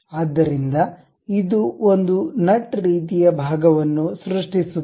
ಆದ್ದರಿಂದ ಇದು ಒಂದು ನಟ್ ರೀತಿಯ ಭಾಗವನ್ನು ಸೃಷ್ಟಿಸುತ್ತದೆ